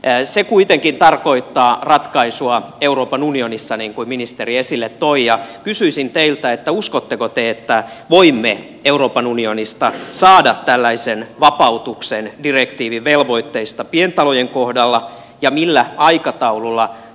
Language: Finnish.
se kuitenkin tarkoittaa ratkaisua euroopan unionissa niin kuin ministeri esille toi ja kysyisin teiltä uskotteko te että voimme euroopan unionista saada tällaisen vapautuksen direktiivivelvoitteista pientalojen kohdalla ja millä aikataululla